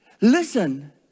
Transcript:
Listen